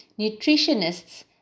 nutritionists